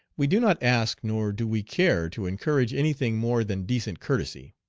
we do not ask nor do we care to encourage any thing more than decent courtesy.